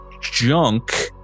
junk